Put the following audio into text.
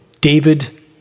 David